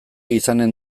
izanen